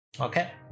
Okay